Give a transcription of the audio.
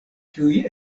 kiuj